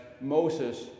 Moses